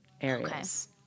areas